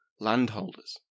landholders